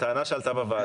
הטענה שעלתה בוועדה,